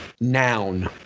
noun